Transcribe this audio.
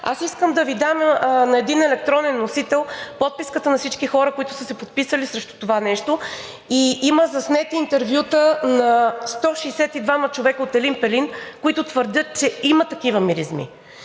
Аз искам да Ви дам на един електронен носител подписката на всички хора, които са се подписали срещу това. Има заснети интервюта на 162 човека от Елин Пелин, които твърдят, че има такива миризми.